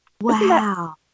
Wow